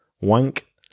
wank